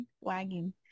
wagging